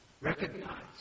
Recognize